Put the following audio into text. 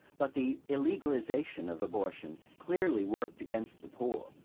but the illegalization of abortion clearly worked against the poor,